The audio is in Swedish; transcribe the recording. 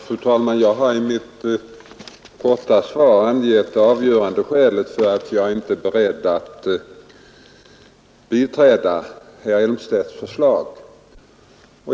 Fru talman! Jag har i mitt korta svar angivit det avgörande skälet för att jag inte är beredd att biträda herr Elmstedts förslag.